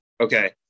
Okay